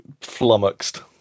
flummoxed